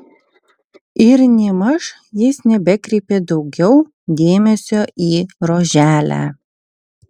ir nėmaž jis nebekreipė daugiau dėmesio į roželę